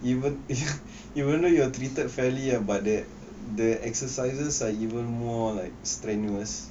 even even though you are treated fairly ah but the the exercises are even more like strenuous